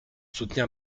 soutenir